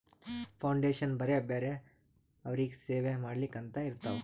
foundation ಬರೇ ಬ್ಯಾರೆ ಅವ್ರಿಗ್ ಸೇವಾ ಮಾಡ್ಲಾಕೆ ಅಂತೆ ಇರ್ತಾವ್